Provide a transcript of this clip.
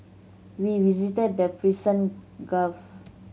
we visited the Persian Gulf